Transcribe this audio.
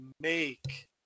make